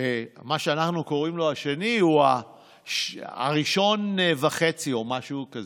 מה שאנחנו קוראים לו "השני" הראשון וחצי או משהו כזה,